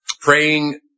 Praying